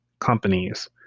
companies